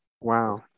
Wow